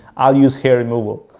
i'll use hair removal.